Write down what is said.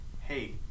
hey